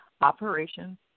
operations